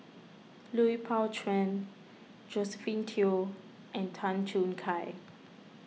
Lui Pao Chuen Josephine Teo and Tan Choo Kai